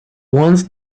once